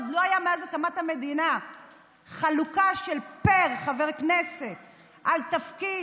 עוד לא הייתה מאז הקמת המדינה חלוקה של פר חבר כנסת על תפקיד,